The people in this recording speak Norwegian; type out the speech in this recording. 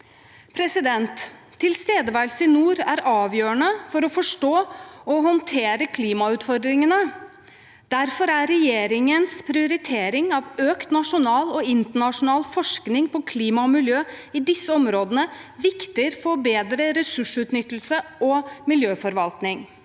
i dag. Tilstedeværelse i nord er avgjørende for å forstå og håndtere klimautfordringene. Derfor er regjeringens prioritering av økt nasjonal og internasjonal forskning på klima og miljø i disse områdene viktig for bedre ressursutnyttelse og miljøforvaltning.